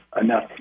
enough